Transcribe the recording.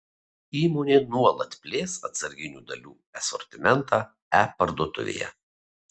įmonė nuolat plės atsarginių dalių asortimentą e parduotuvėje